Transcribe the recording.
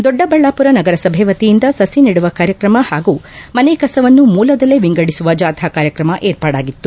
ದೊಡ್ಡಬಳ್ಳಾಪುರ ನಗರಸಭೆ ವತಿಯಿಂದ ಸಸಿ ನೆಡುವ ಕಾರ್ಯಕ್ರಮ ಹಾಗೂ ಮನೆ ಕಸವನ್ನು ಮೂಲದಲ್ಲೇ ವಿಂಗಡಿಸುವ ಜಾಥಾ ಕಾರ್ಯಕ್ರಮ ಏರ್ಪಾಡಾಗಿತ್ತು